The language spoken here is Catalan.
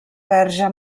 verge